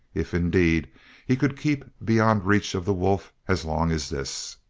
if indeed he could keep beyond reach of the wolf as long as this.